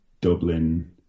Dublin